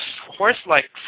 horse-like